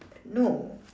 no